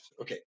okay